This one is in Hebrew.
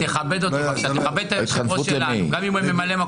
תכבד את היושב ראש שלנו, גם אם הוא ממלא מקום.